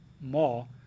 more